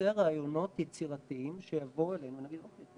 לייצר רעיונות יצירתיים שיבואו אלינו ונגיד אוקיי,